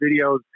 videos